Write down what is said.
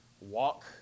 walk